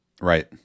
Right